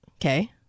okay